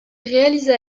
réalisa